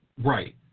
Right